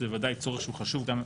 שזה בוודאי צורך שהוא חשוב גם.